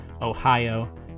Ohio